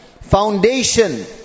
foundation